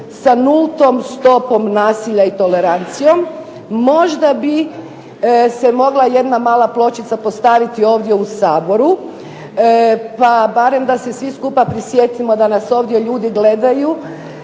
sa nultom stopom nasilja i tolerancijom. Možda bi se mogla jedna mala pločica postaviti i ovdje u Saboru pa barem da se svi skupa prisjetimo da nas ovdje ljudi gledaju